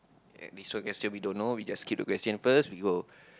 and this one question we don't know we just skip the question first we go